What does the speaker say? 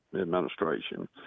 administration